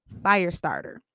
Firestarter